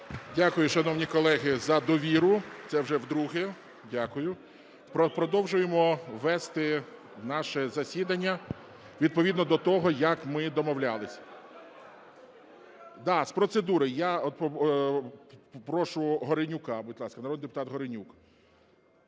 Дякую, шановні колеги, за довіру. Це вже вдруге. Дякую. Продовжуємо вести наше засідання відповідно до того, як ми домовлялися. Да, з процедури. Я прошу Горенюка, будь ласка. Народний депутат Горенюк.